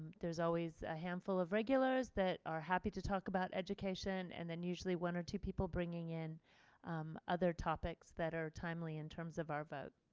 there's always a handful of regulars that are happy to talk about education and then usually one or two people bringing in other topics that are timely in terms of our vote.